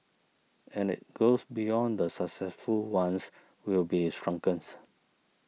and it goes beyond the successful ones we'll be shrunken